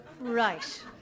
Right